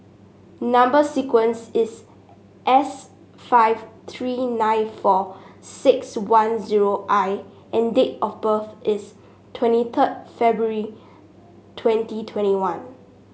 number sequence is S five three nine four six one zero I and date of birth is twenty third February twenty twenty one